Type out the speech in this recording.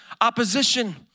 opposition